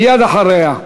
מייד אחריה.